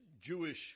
Jewish